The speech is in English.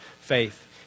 faith